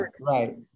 right